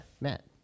Matt